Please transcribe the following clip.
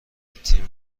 تیم